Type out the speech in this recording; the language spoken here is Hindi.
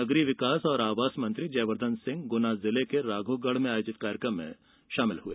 नगरीय विकास एवं आवास मंत्री जयवर्द्वन सिंह गुना जिले के राघौगढ़ में आयोजित कार्यक्रम में शामिल हुए